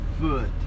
foot